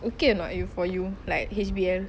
okay or not you for you like H_B_L